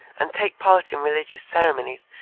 and take part in religious ceremonies,